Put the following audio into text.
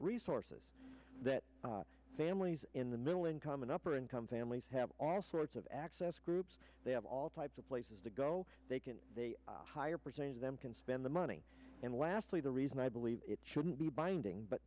resources that families in the middle income and upper income families have all sorts of access groups they have all types of places to go they can a higher percentage of them can spend the money and lastly the reason i believe it shouldn't be binding but